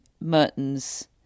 mertens